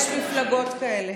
יש מפלגות כאלה.